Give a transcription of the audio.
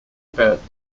about